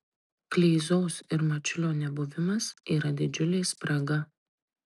kleizos ir mačiulio nebuvimas yra didžiulė spraga